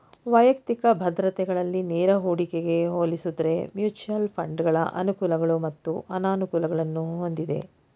ವೈಯಕ್ತಿಕ ಭದ್ರತೆಗಳಲ್ಲಿ ನೇರ ಹೂಡಿಕೆಗೆ ಹೋಲಿಸುದ್ರೆ ಮ್ಯೂಚುಯಲ್ ಫಂಡ್ಗಳ ಅನುಕೂಲಗಳು ಮತ್ತು ಅನಾನುಕೂಲಗಳನ್ನು ಹೊಂದಿದೆ